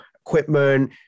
equipment